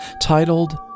titled